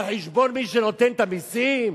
על חשבון מי שנותן את המסים?